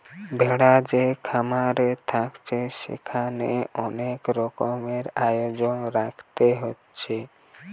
ভেড়া যে খামারে থাকছে সেখানে অনেক রকমের আয়োজন রাখতে হচ্ছে